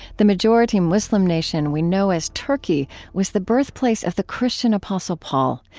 the majority-muslim nation we know as turkey was the birthplace of the christian apostle paul,